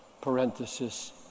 parenthesis